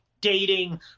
dating